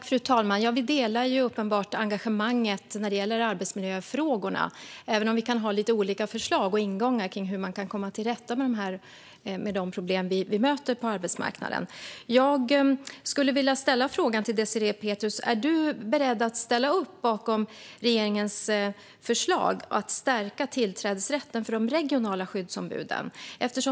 Fru talman! Vi delar uppenbart engagemanget när det gäller arbetsmiljöfrågorna även om vi kan ha lite olika förslag och ingångar om hur man kan komma till rätta med de problem som vi möter på arbetsmarknaden. Jag skulle vilja ställa frågan till Désirée Pethrus: Är du beredd att ställa upp bakom regeringens förslag att stärka tillträdesrätten för de regionala skyddsombuden?